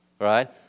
right